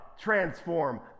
transform